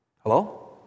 Hello